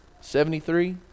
Seventy-three